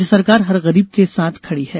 राज्य सरकार हर गरीब के साथ खड़ी है